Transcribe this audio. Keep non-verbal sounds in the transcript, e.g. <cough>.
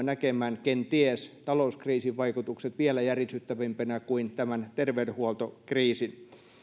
<unintelligible> näkemään kenties talouskriisin vaikutukset vielä järisyttävämpinä kuin tämän terveydenhuoltokriisin